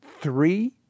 three